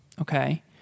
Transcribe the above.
okay